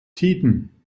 tiden